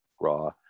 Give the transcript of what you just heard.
raw